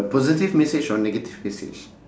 positive message or negative message